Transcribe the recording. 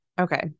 Okay